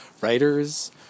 writers